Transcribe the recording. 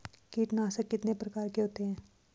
कीटनाशक कितने प्रकार के होते हैं?